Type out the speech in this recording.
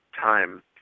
time